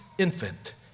infant